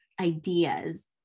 ideas